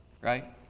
right